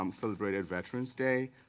um celebrated veterans day,